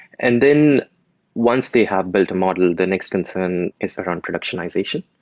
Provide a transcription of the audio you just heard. and then once they have built a model, the next concern is around productionization.